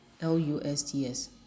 L-U-S-T-S